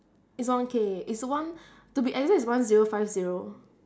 it's one K it's one to be exact it's one zero five zero